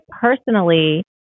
personally